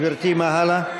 גברתי, מה הלאה?